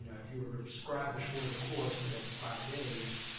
if you were to prescribe a shorter course, say like five days,